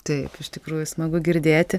taip iš tikrųjų smagu girdėti